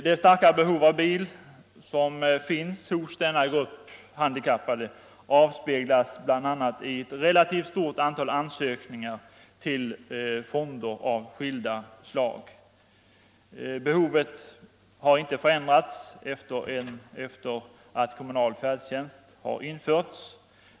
Det starka behov av tillgång till bil som finns hos denna grupp handikappade avspeglas bl.a. i ett relativt stort antal ansökningar till fonder av skilda slag. Behovet har inte förändrats efter det att kommunal färdtjänst har införts.